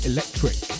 Electric